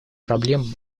проблем